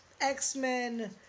X-Men